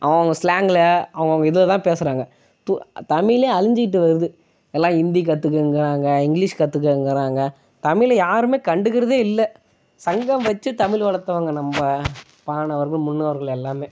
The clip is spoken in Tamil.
அவங்கவுங்க ஸ்லாங்ல அவங்கவுங்க இதில்தான் பேசுறாங்க து தமிழே அழிஞ்சிகிட்டு வருது எல்லாம் ஹிந்தி கத்துக்கங்கிறாங்க இங்கிலிஷ் கத்துக்கங்கிறாங்க தமிழை யாருமே கண்டுக்கிறதே இல்லை சங்கம் வச்சு தமிழ் வளர்த்தவங்க நம்ம பாணவர்கள் முன்னோர்கள் எல்லாமே